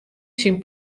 syn